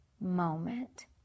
moment